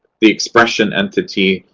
the expression entity,